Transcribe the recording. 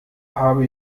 habe